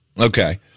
Okay